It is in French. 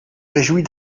réjouis